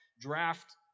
draft